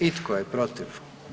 I tko je protiv?